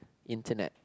internet